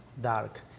dark